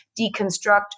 deconstruct